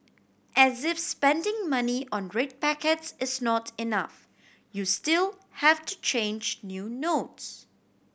as if spending money on red packets is not enough you still have to change new notes